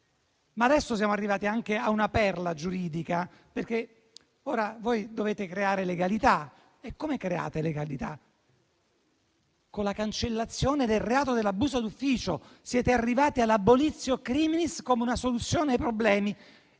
Adesso siamo arrivati anche a una perla giuridica. Voi dovete creare legalità e lo fate con la cancellazione del reato dell'abuso d'ufficio: siete arrivati alla *abolitio criminis* come una soluzione ai problemi.